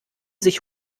sich